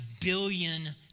billion